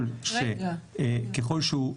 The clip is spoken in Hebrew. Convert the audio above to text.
שהוא,